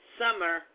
summer